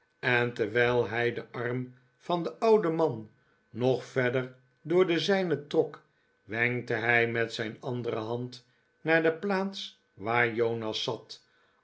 en terwijl hij den arm van den ouden man nog verder door den zijnen trok wenkte hij met zijn andere hand naar de plaats waar jonas zat